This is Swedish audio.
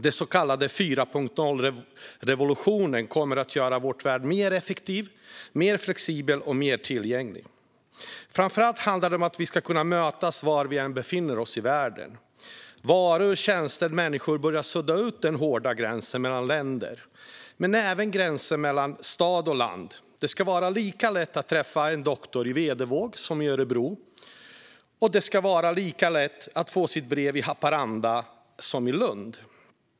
Den så kallade 4.0-revolutionen kommer att göra vår värld mer effektiv, mer flexibel och mer tillgänglig. Framför allt handlar det om att vi ska kunna mötas var vi än befinner oss i världen. Varor, tjänster och människor börjar sudda ut den hårda gränsen mellan länder men även gränser mellan stad och land. Det ska vara lika lätt att träffa en doktor i Vedevåg som i Örebro, och den ska vara lika lätt att få sitt brev i Haparanda som i Lund.